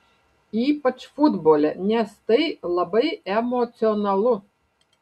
ypač futbole nes tai labai emocionalu